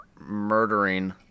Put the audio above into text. murdering